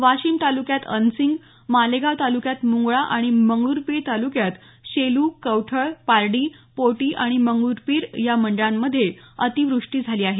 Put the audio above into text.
वाशिम तालुक्यात अनसिंग मालेगांव तालुक्यात मुंगळा आणि मंगरुळपिर तालुक्यात शेलू कवठळ पार्डी पोटी आणि मंगरुळपिर या मंडळांमध्ये अतिवृष्टी झाली आहे